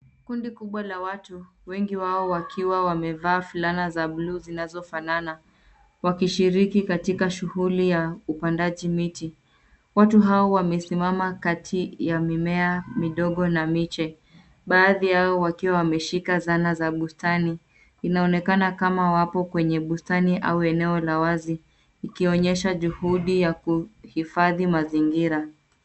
Kundi kubwa la watu wengi wao wakiwa wamevaa fulana za bluu zinazofanana wakishiliki katika shughuli ya upandaji miti, watu hao wamesimama kati ya mimea midogo na miche, baadhi yao wakiwa wameshika zana za bustani, inaonekana kama wapo kwenye bustani au eneo la wazi, ikionyesha juhudi ya kuhifadhi mazingira.